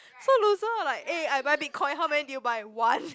so loser like eh I buy Bitcoin how many did you buy one